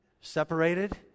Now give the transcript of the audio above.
separated